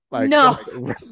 No